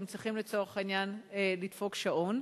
כי הם צריכים לצורך העניין לדפוק שעון,